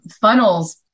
funnels